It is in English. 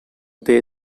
they